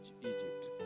Egypt